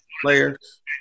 players